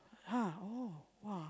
!huh! oh !wah!